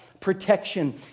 protection